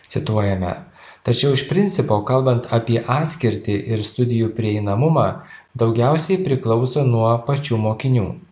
cituojame tačiau iš principo kalbant apie atskirtį ir studijų prieinamumą daugiausiai priklauso nuo pačių mokinių